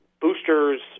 boosters